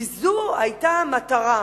כי זאת היתה המטרה.